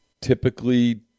typically